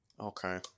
Okay